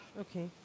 Okay